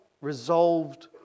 resolved